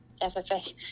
FFA